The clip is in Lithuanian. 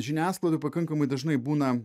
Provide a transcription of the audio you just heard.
žiniasklaidoj pakankamai dažnai būna